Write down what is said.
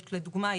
לדוגמה,